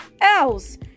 else